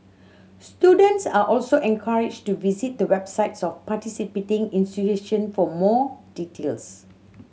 students are also encouraged to visit the websites of participating institution for more details